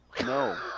No